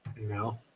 No